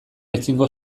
ezingo